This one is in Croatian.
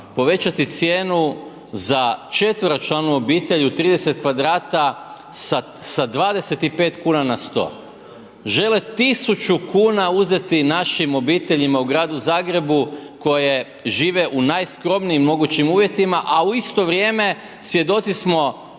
povećati cijenu za četveročlanu obitelj u 30 kvadrata sa 25 kuna na 100. Žele 1000 kuna uzeti našim obiteljima u gradu Zagrebu koje žive u najskromnijim mogućim uvjetima a u isto vrijeme svjedoci smo